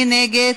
מי נגד?